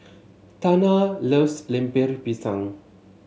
Tana loves Lemper Pisang